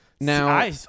Now